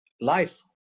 life